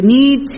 need